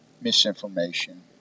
misinformation